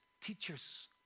teachers